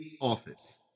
office